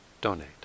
donate